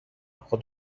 خود